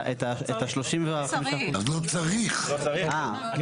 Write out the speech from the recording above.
לעניין הזה ואפילו את הוצאות הטרחה לצורך העניין.